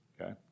okay